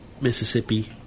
Mississippi